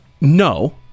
No